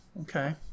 Okay